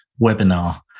webinar